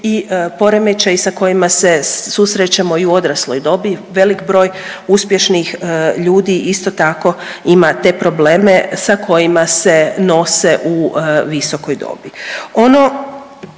i poremećaji sa kojima se susrećemo i odrasloj dobi. Velik broj uspješnih ljudi isto tako ima te probleme sa kojima se nose u visokoj dobi.